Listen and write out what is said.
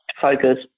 focus